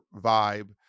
vibe